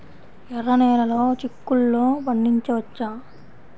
ఎర్ర నెలలో చిక్కుల్లో పండించవచ్చా?